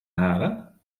halen